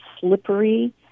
slippery